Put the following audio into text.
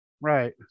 Right